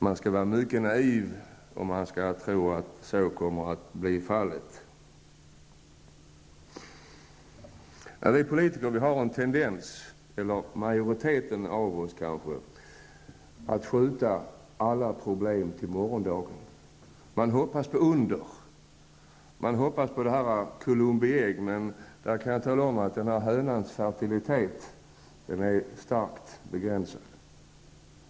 Man skall vara mycket naiv om man tror att så kommer att bli fallet. Majoriteten av oss politiker har en tendens att skjuta alla problem till morgondagen. Man hoppas på under. Man hoppas på Columbi ägg, men jag kan tala om att hönans fertilitet är starkt begränsad.